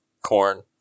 corn